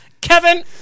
Kevin